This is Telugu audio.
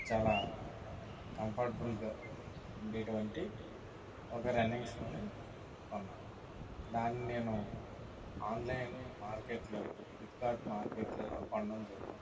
చాలా కంఫర్టబుల్గా ఉండే అటువంటి ఒక రన్నింగ్ షూని కొన్నాను దాన్ని నేను ఆన్లైన్ మార్కెట్లలో ఫ్లిప్కార్ట్ మార్కెట్లలో కొనడం జరిగింది